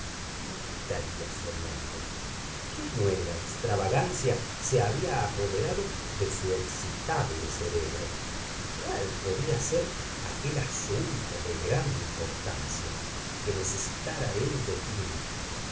en qué estaría soñando qué nueva extravagancia se había apoderado de su excitable cerebro cuál podía ser aquel asunto de gran importancia que necesitara él definir